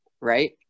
right